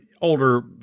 older